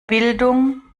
bildung